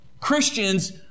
Christians